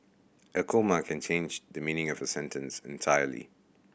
a comma can change the meaning of a sentence entirely